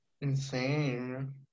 Insane